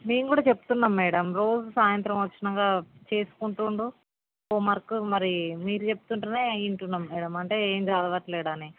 మేము కూడా చెప్తున్నాం మ్యాడమ్ రోజు సాయంత్రం వచ్చినాక చేసుకుంటుండు హోమ్వర్కు మరి మీరు చెప్తుంటే వింటున్నాం మ్యాడమ్ అంటే ఏమి చదవట్లేడు అని